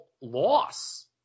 loss